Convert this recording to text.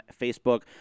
Facebook